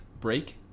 break